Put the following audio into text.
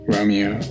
Romeo